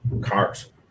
cars